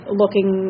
looking